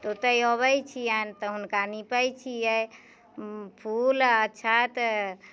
तऽ ओतै अबैत छिअनि तऽ हुनका निपैत छियै फूल अक्षत